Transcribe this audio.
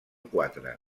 quatre